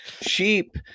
sheep